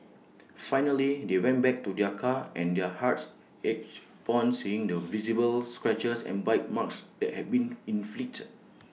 finally they went back to their car and their hearts ached upon seeing the visible scratches and bite marks that had been inflicted